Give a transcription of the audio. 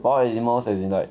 wild animals as in like